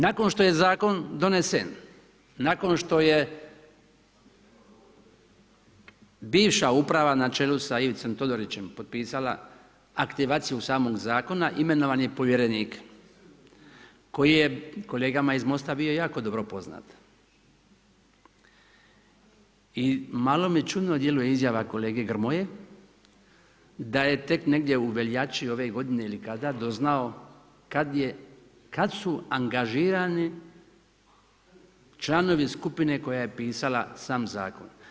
Nakon što je zakon donesen, nakon što je bivša uprava na čelu s Ivicom Todorićem potpisala aktivacijom samog zakona imenovan je povjerenik koji je kolegama iz MOST-a bio jako dobro poznat i malo mi čudno djeluje izjava kolege Grmoje da je tek negdje u veljači ove godine ili kada doznao kad su angažirani članovi skupine koja je pisala sam zakon.